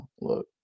Look